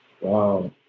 Wow